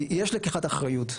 יש לקיחת אחריות.